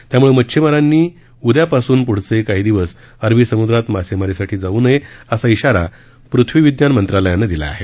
त्यामुळे मच्छिमारांनी येत्या उद्यापासून पुढचे काही दिवस अरबी समुद्रात मासेमारीसाठी जाऊ नये असा श्रारा पृथ्वी विज्ञान मंत्रालयानं दिला आहे